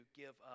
give